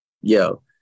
yo